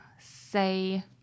say